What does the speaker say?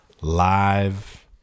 Live